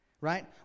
right